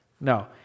No